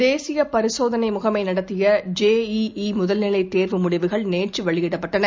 தேசியபரிசோதனைமுகமைநடத்திய J ஈஈமுதல்நிலைத் தேர்வு முடிவுகள் நேற்றுவெளியிடப்பட்டன